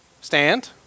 stand